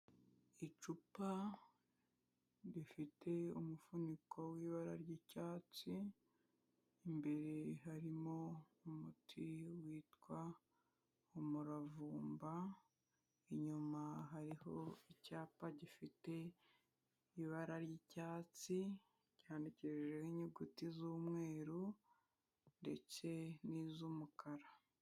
Icupa rifite umufuniko w'ibara ry'icyatsi, imbere harimo umuti witwa umuravumba, inyuma hariho icyapa gifite ibara ry'icyatsi, ryandikishijweho inyuguti z'umweru ndetse n'iz'umukara.